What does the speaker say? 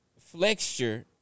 Flexure